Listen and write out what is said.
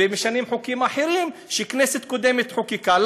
ומשנים חוקים אחרים שכנסת קודמת חוקקה.